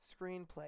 screenplay